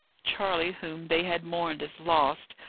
charley, whom they had mourned as lost,